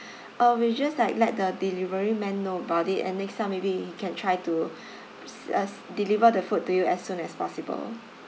uh we'll just like let the delivery man know about it and next time maybe he can try to s~ as deliver the food to you as soon as possible